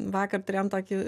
vakar turėjom tokį